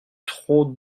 trop